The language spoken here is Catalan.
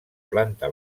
planta